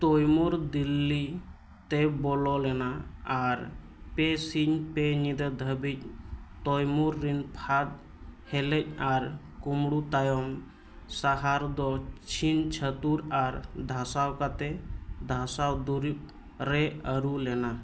ᱛᱳᱭᱢᱩᱨ ᱫᱤᱞᱞᱤ ᱛᱮᱭ ᱵᱚᱞᱚ ᱞᱮᱱᱟ ᱟᱨ ᱯᱮ ᱥᱤᱧ ᱯᱮ ᱧᱤᱫᱟᱹ ᱫᱷᱟᱹᱵᱤᱡ ᱛᱳᱭᱢᱩᱨ ᱨᱮᱱ ᱯᱷᱟᱹᱫᱽ ᱦᱮᱞᱮᱡ ᱟᱨ ᱠᱩᱢᱲᱩ ᱛᱟᱭᱚᱢ ᱥᱟᱦᱟᱨ ᱫᱚ ᱪᱷᱤᱝ ᱪᱷᱟᱛᱩᱨ ᱟᱨ ᱫᱷᱟᱥᱟᱣ ᱠᱟᱛᱮᱫ ᱫᱷᱟᱥᱟᱣ ᱫᱩᱨᱤᱵ ᱨᱮ ᱟᱹᱨᱩ ᱞᱮᱱᱟ